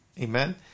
Amen